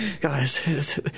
Guys